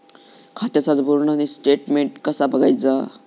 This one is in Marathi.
खात्याचा पूर्ण स्टेटमेट कसा बगायचा?